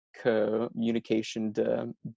communication